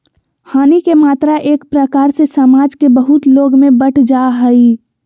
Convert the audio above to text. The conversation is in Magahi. हानि के मात्रा एक प्रकार से समाज के बहुत लोग में बंट जा हइ